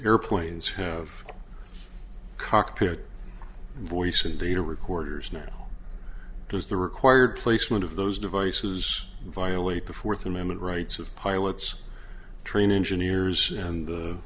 airplanes have cockpit voice and data recorders now because the required placement of those devices violate the fourth amendment rights of pilots train engineers and the